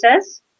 says